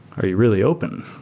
are you really open?